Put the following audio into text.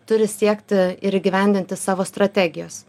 turi siekti ir įgyvendinti savo strategijos